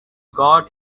got